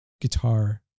guitar